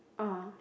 (uh huh)